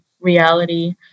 reality